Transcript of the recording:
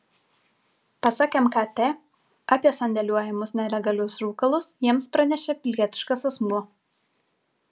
pasak mkt apie sandėliuojamus nelegalius rūkalus jiems pranešė pilietiškas asmuo